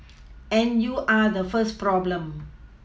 and you are the first problem